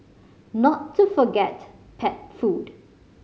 not to forget pet food